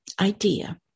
idea